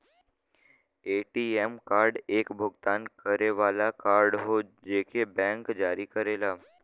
ATM card एक भुगतान करे वाला कार्ड हौ जेके बैंक जारी करेला